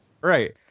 right